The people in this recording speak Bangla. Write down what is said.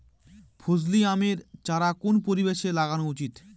ফজলি আমের চারা কোন পরিবেশে লাগানো উচিৎ?